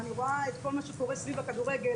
ואני רואה את כל מה שקורה סביב הכדורגל,